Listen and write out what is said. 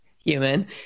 human